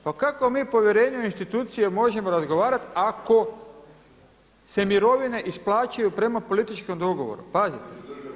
Pa kako mi o povjerenju u institucije možemo razgovarati ako se mirovine isplaćuju prema političkom dogovoru, pazite?